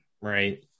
Right